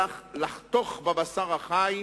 אלא לחתוך בבשר החי,